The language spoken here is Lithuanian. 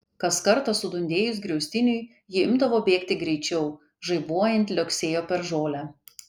kas kartą sudundėjus griaustiniui ji imdavo bėgti greičiau žaibuojant liuoksėjo per žolę